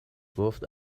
گفت